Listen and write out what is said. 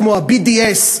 כמו ה-BDS,